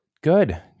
Good